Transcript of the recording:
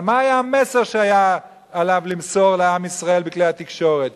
אבל מה היה המסר שהיה עליו למסור לעם ישראל בכלי התקשורת?